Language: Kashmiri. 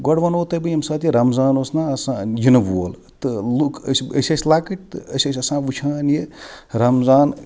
گۄڈٕ وَنو تۄہہِ بہٕ ییٚمہِ ساتہٕ یہِ رَمضان اوس نہ آسان یِنہٕ وول تہٕ لُکھ ٲسۍ أسۍ ٲسۍ لَکٕٹۍ تہٕ أسۍ ٲسۍ آسان وٕچھان یہِ رَمضان